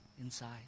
inside